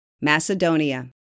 Macedonia